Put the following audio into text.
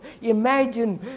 imagine